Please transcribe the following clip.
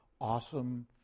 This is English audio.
awesome